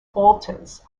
altars